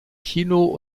kino